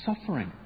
suffering